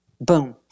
Boom